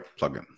plugin